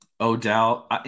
Odell